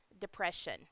depression